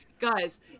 Guys